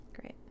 Great